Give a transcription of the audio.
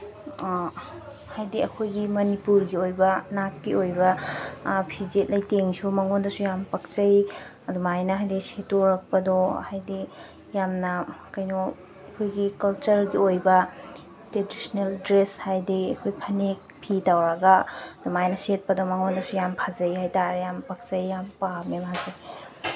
ꯍꯥꯏꯗꯤ ꯑꯩꯈꯣꯏꯒꯤ ꯃꯅꯤꯄꯨꯔꯒꯤ ꯑꯣꯏꯕ ꯅꯥꯠꯀꯤ ꯑꯣꯏꯕ ꯐꯤꯖꯦꯠ ꯂꯩꯇꯦꯡꯁꯨ ꯃꯉꯣꯟꯗꯁꯨ ꯌꯥꯝ ꯄꯛꯆꯩ ꯑꯗꯨꯃꯥꯏꯅ ꯍꯥꯏꯗꯤ ꯁꯦꯠꯇꯣꯔꯛꯄꯗꯣ ꯍꯥꯏꯗꯤ ꯌꯥꯝꯅ ꯀꯩꯅꯣ ꯑꯩꯈꯣꯏꯒꯤ ꯀꯜꯆꯔꯒꯤ ꯑꯣꯏꯕ ꯇ꯭ꯔꯦꯗꯤꯁꯅꯦꯜ ꯗ꯭ꯔꯦꯁ ꯍꯥꯏꯗꯤ ꯑꯩꯈꯣꯏ ꯐꯅꯦꯛ ꯐꯤ ꯇꯧꯔꯒ ꯑꯗꯨꯃꯥꯏꯅ ꯁꯦꯠꯄꯗꯣ ꯃꯉꯣꯟꯗꯁꯨ ꯌꯥꯝ ꯐꯖꯩ ꯍꯥꯏ ꯇꯥꯔꯦ ꯌꯥꯝ ꯄꯛꯆꯩ ꯌꯥꯝ ꯄꯥꯝꯃꯦ ꯃꯥꯁꯦ